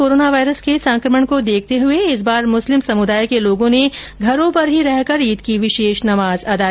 corona virus के संकमण को देखते हुए इस बार मुस्लिम समुदाय के लोगों ने घरों पर ही रहकर ईद की विशेष नमाज अदा की